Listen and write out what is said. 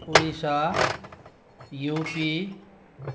Odisha UP